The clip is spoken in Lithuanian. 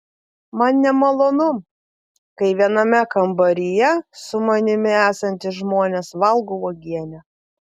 man nemalonu kai viename kambaryje su manimi esantys žmonės valgo uogienę